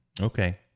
Okay